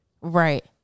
right